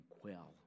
quell